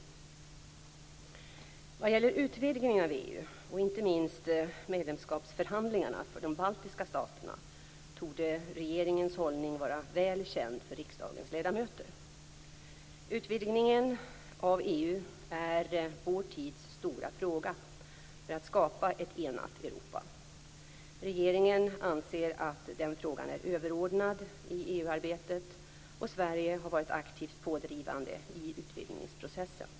Vad gäller utvidgningen av EU, och inte minst medlemskapsförhandlingarna för de baltiska staterna, torde regeringens hållning vara väl känd för riksdagens ledamöter. Utvidgningen av EU är vår tids stora fråga för att skapa ett enat Europa. Regeringen anser att den frågan är överordnad i EU-arbetet, och Sverige har varit aktivt pådrivande i utvidgningsprocessen.